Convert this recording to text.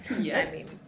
Yes